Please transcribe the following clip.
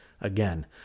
again